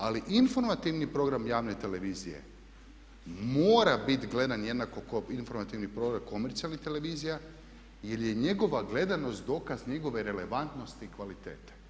Ali informativni program javne televizije mora bit gledan jednako kao informativni program komercijalnih televizija jer je njegova gledanost dokaz njegove relevantnosti i kvalitete.